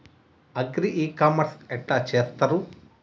Agri e commerce ఎట్ల చేస్తరు?